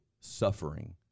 suffering